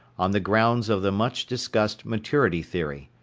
on the grounds of the much-discussed maturity theory.